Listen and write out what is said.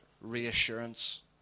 reassurance